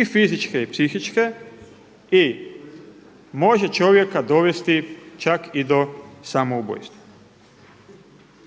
i fizičke i psihičke i može čovjeka dovesti čak i do samoubojstva.